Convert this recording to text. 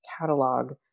catalog